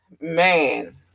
man